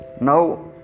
now